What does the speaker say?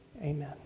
Amen